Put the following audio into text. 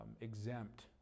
exempt